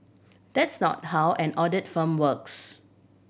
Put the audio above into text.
that's not how an audit firm works